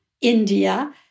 India